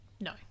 No